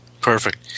Perfect